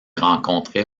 rencontrait